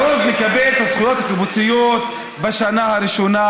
הרוב מקבל את הזכויות הקיבוציות בשנה הראשונה,